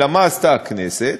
אלא מה עשתה הכנסת?